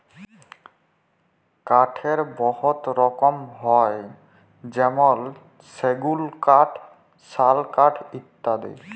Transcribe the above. কাঠের বহুত রকম হ্যয় যেমল সেগুল কাঠ, শাল কাঠ ইত্যাদি